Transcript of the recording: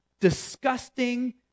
disgusting